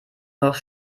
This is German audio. noch